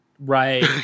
Right